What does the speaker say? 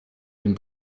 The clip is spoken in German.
den